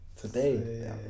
Today